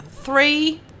three